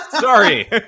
Sorry